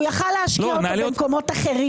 הוא יכול היה להשקיע אותו במקומות אחרים